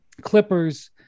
Clippers